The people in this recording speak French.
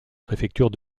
préfecture